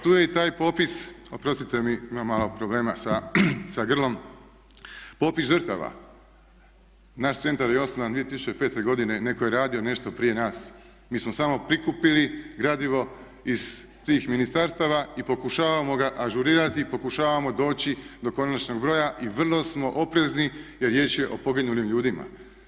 Tu je i taj popis, oprostite mi, imam malo problema sa grlom, popis žrtava, naš centar je osnovan 2005. godine, netko je radio nešto prije nas, mi smo samo prikupili gradivo iz svih ministarstava i pokušavamo ga ažurirati, pokušavamo doći do konačnog broja i vrlo smo oprezni jer riječ je o poginulim ljudima.